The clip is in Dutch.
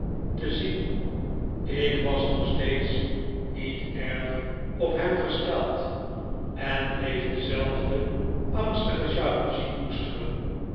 te zien ik was nog steeds niet erg op hem gesteld en bleef dezelfde angstige jaloezie koesteren